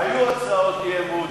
היו הצעות אי-אמון.